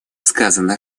сказано